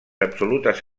absolutes